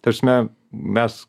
ta prasme mes